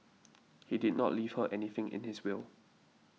he did not leave her anything in his will